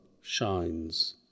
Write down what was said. shines